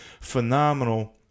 phenomenal